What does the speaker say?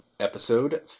episode